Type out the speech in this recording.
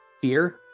fear